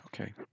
Okay